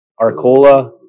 Arcola